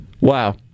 Wow